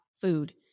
food